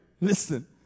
listen